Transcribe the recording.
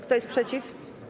Kto jest przeciw?